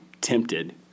tempted